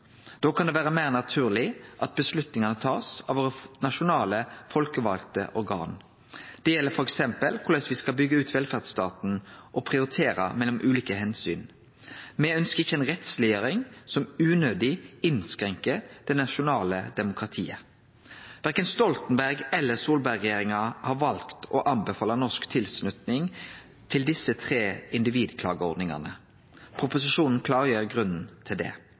Da kan det vere meir naturleg at avgjerdene blir tatt av våre nasjonale folkevalte organ. Det gjeld f.eks. korleis me skal byggje ut velferdsstaten og prioritere mellom ulike omsyn. Me ønskjer ikkje ei rettsleggjering som unødig innskrenkar det nasjonale demokratiet. Verken Stoltenberg- eller Solberg-regjeringa har valt å anbefale norsk tilslutning til desse tre individklageordningane. Proposisjonen klargjer grunnen til det.